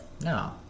No